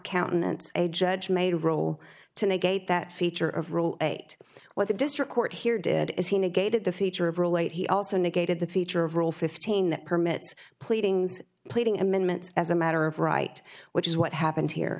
countenance a judge made roll to negate that feature of rule eight what the district court here did is he negated the feature of relate he also negated the feature of rule fifteen that permits pleadings pleading amendments as a matter of right which is what happened here